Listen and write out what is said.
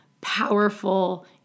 powerful